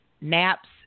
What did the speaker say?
naps